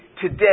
today